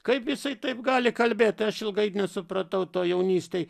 kaip jisai taip gali kalbėt tai aš ilgai nesupratau to jaunystėj